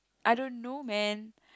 I don't know man